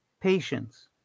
Patience